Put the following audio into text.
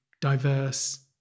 diverse